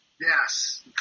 Yes